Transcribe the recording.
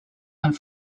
and